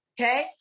okay